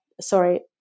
sorry